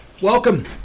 Welcome